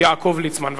27 בעד, 42